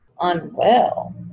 unwell